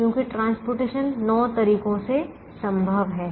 क्योंकि परिवहन 9 तरीकों से संभव है